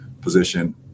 position